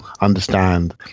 understand